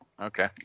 okay